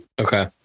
Okay